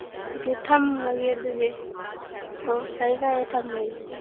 ꯑꯗꯨꯗꯤ ꯊꯝꯃꯒꯦ ꯑꯗꯨꯗꯤ ꯑ ꯐꯔꯦ ꯐꯔꯦ ꯊꯝꯃꯒꯦ